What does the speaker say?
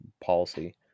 policy